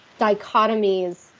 dichotomies